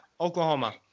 Oklahoma